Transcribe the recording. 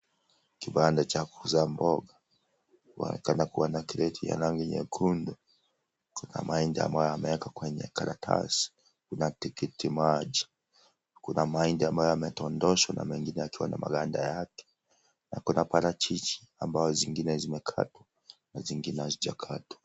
Kibanda cha kuuza mboga, wanaonekana kuwa na kreti ya randi nyekundu na mahindi ambayo yamewekwa kwenye karatasi, kuna tikiti maji, kuna mahindi ambayo yamedondoshwa na mengine yakiwa na maganda yake na kuna parachichi ambazo zingine zimekatwa na zingine hazijakatwa.